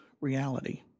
reality